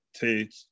take